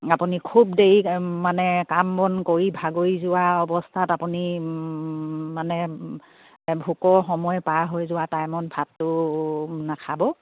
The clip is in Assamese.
আপুনি খুব দেৰি মানে কাম বন কৰি ভাগৰি যোৱা অৱস্থাত আপুনি মানে ভোকৰ সময় পাৰ হৈ যোৱা টাইমত ভাতটো নাখাব